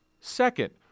Second